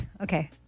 Okay